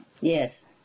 Yes